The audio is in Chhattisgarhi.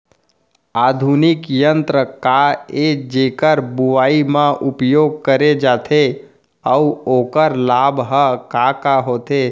आधुनिक यंत्र का ए जेकर बुवाई म उपयोग करे जाथे अऊ ओखर लाभ ह का का होथे?